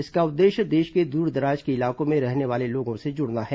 इसका उद्देश्य देश के दूरदराज के इलाकों में रहने वाले लोगों से जुड़ना है